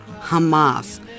Hamas